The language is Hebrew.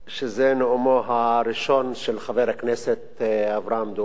שזה נאומו הראשון של חבר הכנסת אברהם דואן.